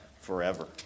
forever